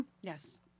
Yes